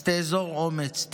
אז תאזור אומץ.